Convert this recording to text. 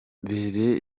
bere